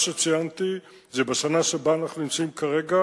מה שציינתי זה בשנה שבה אנחנו נמצאים כרגע,